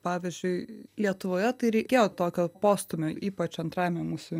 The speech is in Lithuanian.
pavyzdžiui lietuvoje tai reikėjo tokio postūmio ypač antrajame mūsų